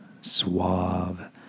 suave